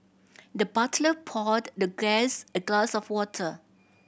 the butler poured the guest a glass of water